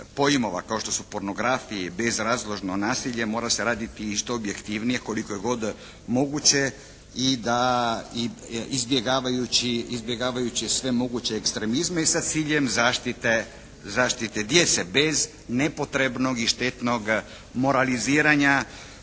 pojmova kao što su pornografija i bezrazložno nasilje mora se raditi i što objektivnije koliko je god moguće i da izbjegavajući sve moguće ekstremizme sa ciljem zaštite djece bez nepotrebnog i štetnog moraliziranja